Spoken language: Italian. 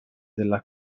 della